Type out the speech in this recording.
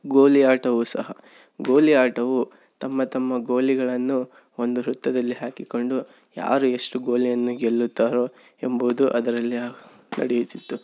ಗೋಲಿ ಆಟವು ಸಹ ಗೋಲಿ ಆಟವು ತಮ್ಮ ತಮ್ಮ ಗೋಲಿಗಳನ್ನು ಒಂದು ವೃತ್ತದಲ್ಲಿ ಹಾಕಿಕೊಂಡು ಯಾರು ಎಷ್ಟು ಗೋಲಿಯನ್ನು ಗೆಲ್ಲುತ್ತಾರೋ ಎಂಬುದು ಅದರಲ್ಲಿ ಆ ನಡೆಯುತ್ತಿತ್ತು